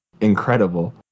incredible